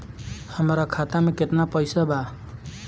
हमरा खाता में केतना पइसा बा?